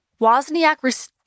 Wozniak